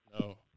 No